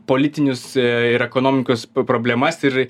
politinius ir ekonomikos problemas ir